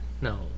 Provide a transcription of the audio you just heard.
No